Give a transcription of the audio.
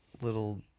little